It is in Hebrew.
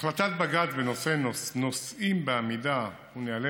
החלטת בג"ץ בנושא נוסעים בעמידה ונוהלי